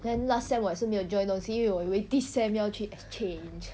then last sem 我也是没有 join 东因为我以为 this sem 要去 exchange